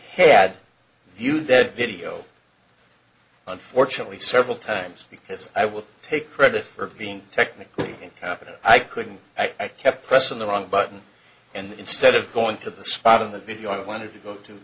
had viewed the video unfortunately several times because i will take credit for being technically incompetent i couldn't i kept pressing the wrong button and instead of going to the spot of the video i wanted to go to